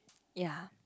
ya